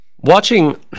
Watching